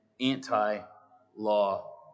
anti-law